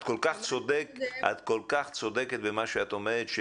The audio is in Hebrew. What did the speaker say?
את כל-כך צודקת במה שאת אומרת,